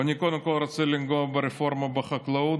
ואני קודם כול רוצה לגעת ברפורמה בחקלאות,